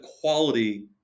quality